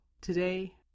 Today